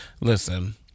Listen